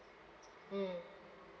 mm